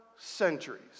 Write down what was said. centuries